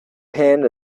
pen